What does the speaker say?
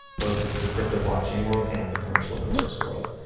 both the crypto blockchain world and the commercial open source world.